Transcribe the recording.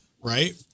Right